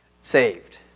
saved